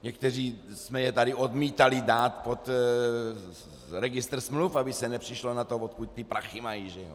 Někteří jsme je tady odmítali dát pod registr smluv, aby se nepřišlo na to, odkud ty prachy mají.